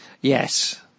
Yes